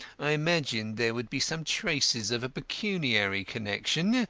i imagined there would be some traces of a pecuniary connection.